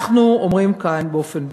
אנחנו אומרים כאן באופן ברור: